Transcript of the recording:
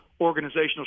organizational